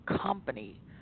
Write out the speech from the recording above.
company